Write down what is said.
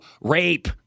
rape